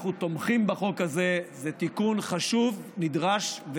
אנחנו תומכים בחוק הזה, זה תיקון חשוב, נדרש,